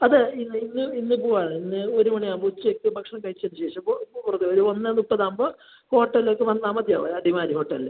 അതെ ഇന്ന് ഇന്ന് ഇന്ന് പോവുകയാണ് ഇന്ന് ഒരു മണി ആവുമ്പോൾ ഉച്ചക്ക് ഭക്ഷണം കഴിച്ചതിന് ശേഷം ഒരു ഒരു ഒന്ന് മുപ്പത് ആവുമ്പോൾ ഹോട്ടലിലേക്ക് വന്നാൽ മതി ആവും അടിമാലി ഹോട്ടലിൽ